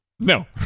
No